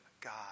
God